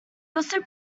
also